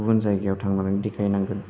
गुबुन जायगायाव थांनानै देखायहैनांगोन